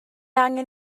angen